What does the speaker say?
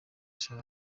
sharama